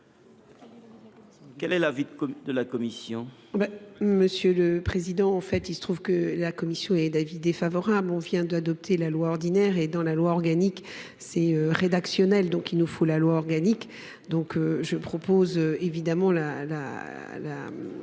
Quel est l’avis de la commission ?